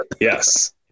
yes